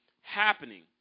happening